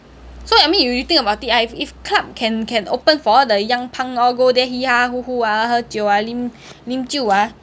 so I mean if you think about it right if if club can can open for all the young punk all go there ah 喝酒 ah lim lim jiu ah